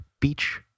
Beach